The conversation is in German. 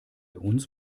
uns